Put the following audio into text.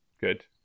Good